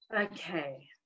Okay